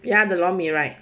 ya the lor mee right